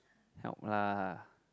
help lah